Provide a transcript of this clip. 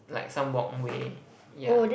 like some walkway yeah